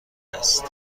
است